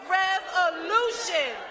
revolution